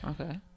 Okay